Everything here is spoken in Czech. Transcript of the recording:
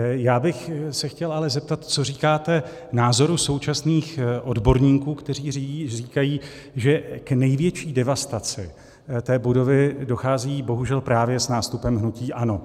Já bych se chtěl ale zeptat, co říkáte názoru současných odborníků, kteří říkají, že k největší devastaci té budovy dochází bohužel právě s nástupem hnutí ANO.